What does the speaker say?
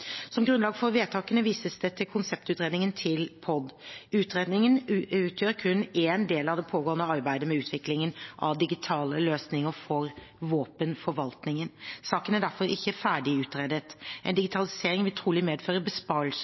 Som grunnlag for vedtakene vises det til konseptutredningen til POD. Utredningen utgjør kun en del av det pågående arbeidet med utviklingen av digitale løsninger for våpenforvaltingen. Saken er derfor ikke ferdig utredet. En digitalisering vil trolig medføre besparelser